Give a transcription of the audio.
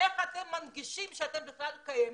אז איך אתם מנגישים את זה, שאתם בכלל קיימים?